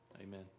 Amen